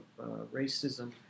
racism